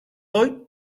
hoy